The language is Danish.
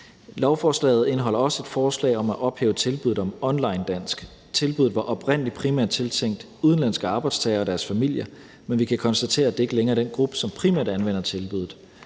Lovforslaget indeholder også et forslag om at ophæve tilbuddet om Online Dansk. Tilbuddet var oprindelig primært tiltænkt udenlandske arbejdstagere og deres familier, men vi kan konstatere, at det ikke længere er den gruppe, som primært anvender tilbuddet.